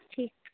ঠিক